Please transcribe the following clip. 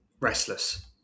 restless